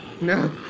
No